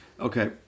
Okay